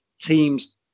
teams